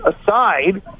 aside